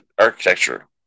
architecture